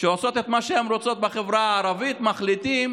שעושות מה שהן רוצות בחברה הערבית, הם מחליטים